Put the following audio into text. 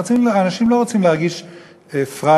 אנשים לא רוצים להרגיש פראיירים,